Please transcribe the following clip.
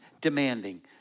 demanding